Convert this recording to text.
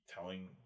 telling